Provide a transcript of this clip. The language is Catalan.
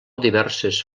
diverses